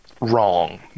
wrong